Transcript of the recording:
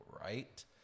right